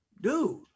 dude